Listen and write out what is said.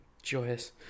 joyous